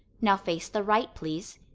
now face the right, please.